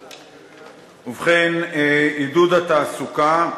ובכן, עידוד התעסוקה,